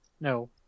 no